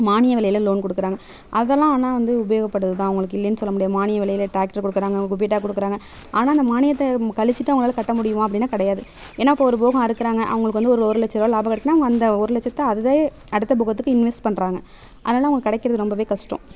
மானிய விலையில லோன் கொடுக்குறாங்க அதல்லாம் ஆனால் வந்து உபயோகப்படுது தான் அவங்களுக்கு இல்லைன்னு சொல்ல முடியாது மானிய விலையில் டிராக்டர் கொடுக்குறாங்க குபேட்டா கொடுக்குறாங்க ஆனால் அந்த மானியத்தை கழிச்சுட்டு அவங்களால் கட்ட முடியுமா அப்படினா கிடையாது ஏன்னா இப்போ ஒரு போகம் அறுக்கிறாங்க அவங்களுக்கு வந்து ஒரு ஒரு லட்சரூபா லாபம் கிடைக்குனா அவங்க அந்த ஒரு லட்சத்தை அத அடுத்த போகத்துக்கு இன்வெஸ் பண்ணுறாங்க அதனால் அவங்களுக்கு கிடைக்குறது ரொம்ப கஷ்டம்